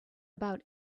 about